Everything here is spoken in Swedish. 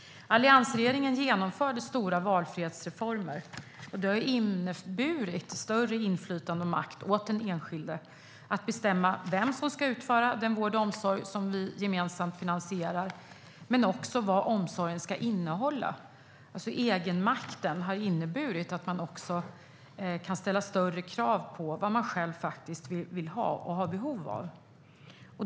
Alliansregeringen genomförde stora valfrihetsreformer. De har inneburit större inflytande och makt åt den enskilde att bestämma vem som ska utföra den vård och omsorg som vi gemensamt finansierar men också vad omsorgen ska innehålla. Egenmakten har inneburit att man också kan ställa större krav. Det handlar om vad man själv vill ha och har behov av.